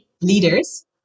leaders